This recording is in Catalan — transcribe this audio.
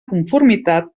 conformitat